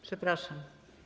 Przepraszam.